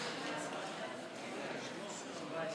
ההצעה לסדר-היום.